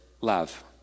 love